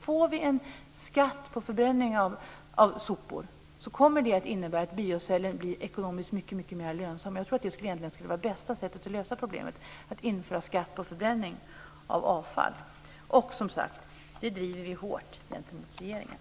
Om vi får en skatt på förbränning av sopor kommer det att innebära att biocellen blir mycket mer ekonomiskt lönsam. Jag tror att det bästa sättet att lösa problemet skulle vara att införa skatt på förbränning av avfall. Det driver vi hårt gentemot regeringen.